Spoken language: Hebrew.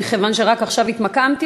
מכיוון שרק עכשיו התמקמתי,